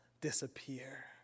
disappear